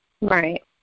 Right